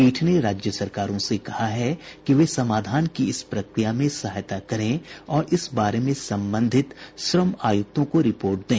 पीठ ने राज्य सरकारों से कहा है कि वे समाधान की इस प्रक्रिया में सहायता करें और इस बारे में संबंधित श्रम आयुक्तों को रिपोर्ट दें